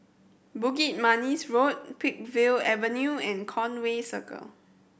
Bukit Manis Road Peakville Avenue and Conway Circle